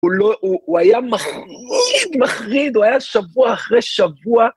הוא היה מחריד, מחריד, הוא היה שבוע אחרי שבוע.